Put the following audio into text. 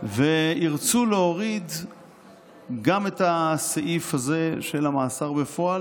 וירצו להוריד גם את הסעיף הזה של המאסר בפועל,